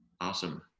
Awesome